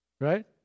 Right